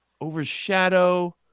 Overshadow